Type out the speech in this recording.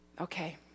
Okay